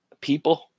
people